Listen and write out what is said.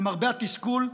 למרבה התסכול,